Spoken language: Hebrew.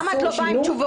למה את לא באה עם תשובות?